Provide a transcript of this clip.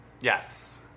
Yes